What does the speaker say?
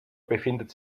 befindet